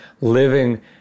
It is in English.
living